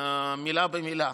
מילה במילה.